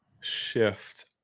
shift